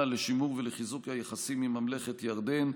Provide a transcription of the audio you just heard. בשימור וחיזוק היחסים עם ממלכת ירדן.